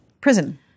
prison